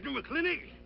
mclintock.